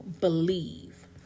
believe